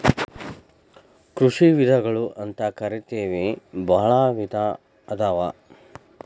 ಕೃಷಿ ವಿಧಗಳು ಅಂತಕರಿತೆವಿ ಬಾಳ ವಿಧಾ ಅದಾವ